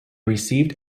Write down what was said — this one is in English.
received